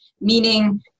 meaning